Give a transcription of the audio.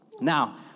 Now